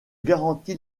garantis